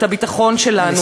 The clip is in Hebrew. את הביטחון שלנו.